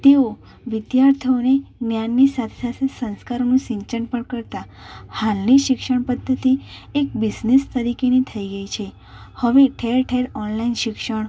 તેઓ વિદ્યાર્થીઓને જ્ઞાનની સાથે સાથે સંસ્કારનું સિંચન પણ કરતા હાલની શિક્ષણ પદ્ધતિ એક બિઝનેસ તરીકેની થઈ ગઈ છે હવે ઠેર ઠેર ઓનલાઇન શિક્ષણ